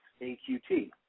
AQT